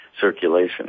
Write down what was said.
circulation